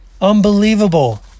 Unbelievable